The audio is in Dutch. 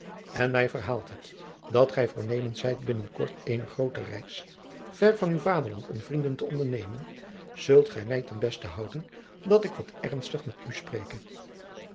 en mij verhaald hebt dat gij voornemens zijt binnen kort eene groote reis ver van uw vaderland en vrienden te ondernemen zult gij mij ten beste houden dat ik wat ernstig met u spreke